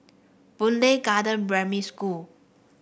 Boon Lay Garden Primary School